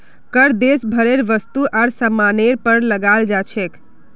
कर देश भरेर वस्तु आर सामानेर पर लगाल जा छेक